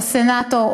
או סנטור,